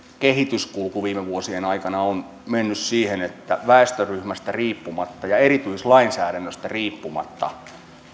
kehityskulku viime vuosien aikana on mennyt siihen että väestöryhmästä riippumatta ja erityislainsäädännöstä riippumatta